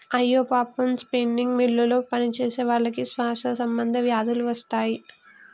అయ్యో పాపం స్పిన్నింగ్ మిల్లులో పనిచేసేవాళ్ళకి శ్వాస సంబంధ వ్యాధులు వస్తాయి